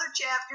chapter